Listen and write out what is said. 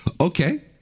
Okay